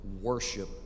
worship